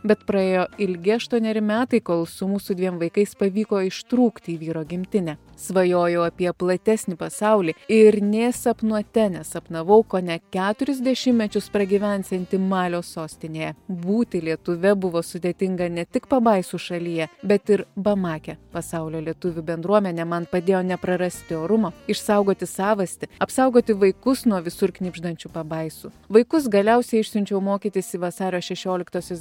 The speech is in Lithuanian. bet praėjo ilgi aštuoneri metai kol su mūsų dviem vaikais pavyko ištrūkti į vyro gimtinę svajoju apie platesnį pasaulį ir nė sapnuote nesapnavau kone keturis dešimtmečius pragyvensianti malio sostinėje būti lietuve buvo sudėtinga ne tik pabaisų šalyje bet ir bamake pasaulio lietuvių bendruomenė man padėjo neprarasti orumo išsaugoti savastį apsaugoti vaikus nuo visur knibždančių pabaisų vaikus galiausiai išsiunčiau mokytis į vasario šešioliktosios